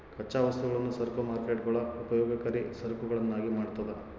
ಕಚ್ಚಾ ವಸ್ತುಗಳನ್ನು ಸರಕು ಮಾರ್ಕೇಟ್ಗುಳು ಉಪಯೋಗಕರಿ ಸರಕುಗಳನ್ನಾಗಿ ಮಾಡ್ತದ